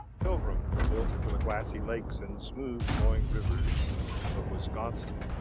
pilgrim, built for the glassy lakes and smooth-flowing rivers of wisconsin,